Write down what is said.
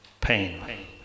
pain